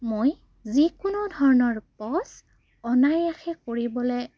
মই যিকোনো ধৰণৰ পজ অনায়াসে কৰিবলৈ